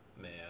man